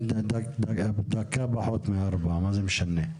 דקה פחות מארבע, מה זה משנה.